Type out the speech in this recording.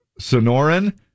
Sonoran